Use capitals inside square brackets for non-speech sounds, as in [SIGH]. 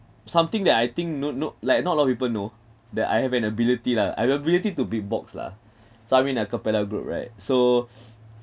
something that I think no no like not a lot of people know that I have an ability lah an ability to beatbox lah so I'm in acapella group right so [BREATH]